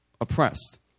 oppressed